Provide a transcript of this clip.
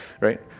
right